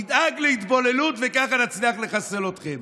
נדאג להתבוללות, וכך נצליח לחסל אתכם.